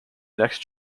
next